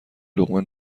لقمه